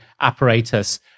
apparatus